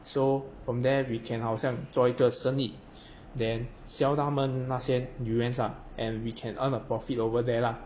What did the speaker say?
so from there we can 好像做一个生意 then sell 他们那些 durians ah and we can earn a profit over there lah